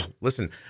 Listen